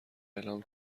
اعلام